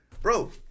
Bro